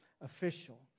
official